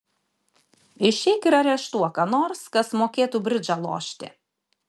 išeik ir areštuok ką nors kas mokėtų bridžą lošti